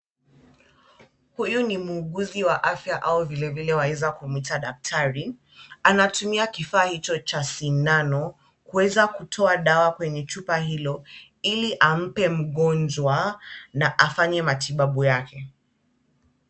Huyu ni muuguzi wa afya au vilevile waeza kumwita daktari. Anatumia kifaa hicho cha sindano kuweza kutoa dawa kwenye chupa hilo ili ampe mgonjwa na afanye matibabu yake.